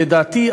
לדעתי,